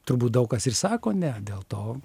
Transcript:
turbūt daug kas ir sako ne dėl to